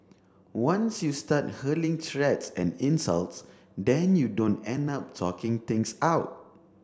once you start hurling threats and insults then you don't end up talking things out